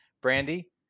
Brandy